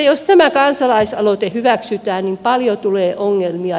jos tämä kansalaisaloite hyväksytään niin paljon tulee ongelmia